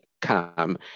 come